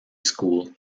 school